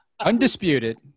Undisputed